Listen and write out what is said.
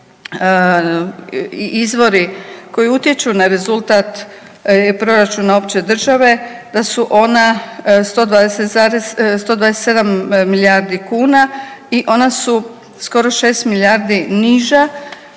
izvori koji utječu na rezultat proračuna opće države, da su ona 120 zarez, 127 milijardi kuna i ona su skoro 6 milijardi niža